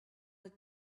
the